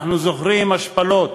אנחנו זוכרים השפלות.